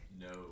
No